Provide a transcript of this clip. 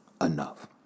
enough